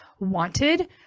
wanted